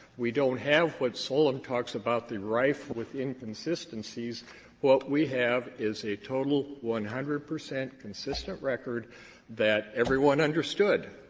we don't have what solem talks about, the rife with inconsistencies. what we have is a total, one hundred percent consistent record that everyone understood.